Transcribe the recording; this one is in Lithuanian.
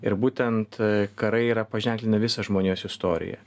ir būtent karai yra paženklinę visą žmonijos istoriją